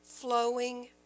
flowing